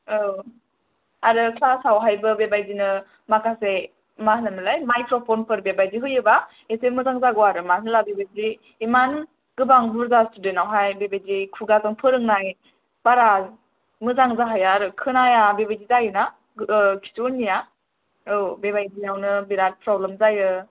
औ आरो क्लास आवहायबो बेबायदिनो माखासे मा होनोमोनलाय माइक्र'फन फोर बेबादि होयोबा इसे मोजां जागौ आरो मानो होनोब्ला बेबादि बिदिथ' गोबां बुरजा स्टुडेन्ड आवहाय बेबादि खुगाजों फोरोंनाय बारा मोजां जाहैया आरो खोनाया बेबादि जायो ना ओ खिथु उननिया औ बेबायदिआवनो बिराद प्रब्लेम जायो